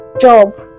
job